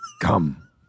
Come